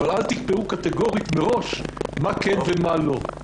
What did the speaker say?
אבל אל תקבעו קטגורית מראש מה כן ומה לא.